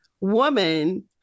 woman